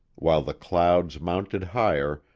while the clouds mounted higher,